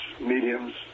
mediums